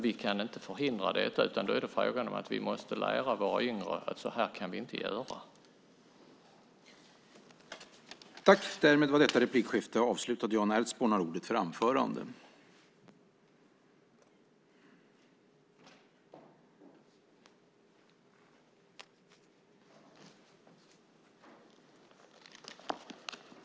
Vi kan inte förhindra detta, utan det är fråga om att vi måste lära våra yngre att vi inte kan göra så.